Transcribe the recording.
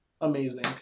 amazing